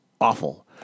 Awful